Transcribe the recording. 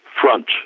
front